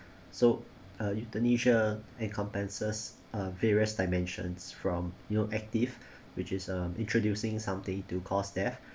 so uh euthanasia encompasses a various dimensions from you know active which is um introducing some day to cause death